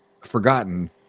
forgotten